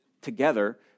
together